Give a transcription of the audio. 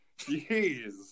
Jeez